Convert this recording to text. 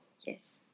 yes